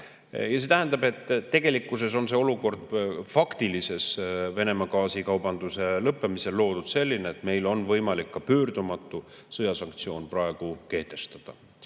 See tähendab, et tegelikkuses on olukord faktilisel Venemaa gaasikaubanduse lõppemisel loodud selline, et meil on võimalik praegu ka pöördumatu sõjasanktsioon kehtestada